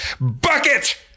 bucket